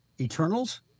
Eternals